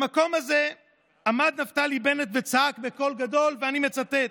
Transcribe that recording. במקום הזה עמד נפתלי בנט וצעק בקול גדול ואני מצטט: